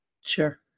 Sure